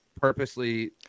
purposely